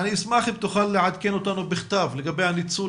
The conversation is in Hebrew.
אני אשמח אם תוכל לעדכן אותנו בכתב לגבי הניצול